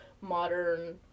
modern